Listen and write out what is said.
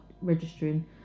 registering